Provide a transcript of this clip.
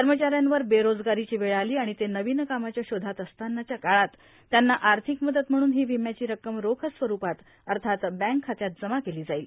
कर्मचाऱ्यांवर बेरोजगारीची वेळ आली आणि ते नवीन कामाच्या शोधात असतानाच्या काळात त्यांना आर्थिक मदत म्हणून ही विम्याची रक्कम रोख स्वरुपात अथवा बँक खात्यात जमा केली जाईल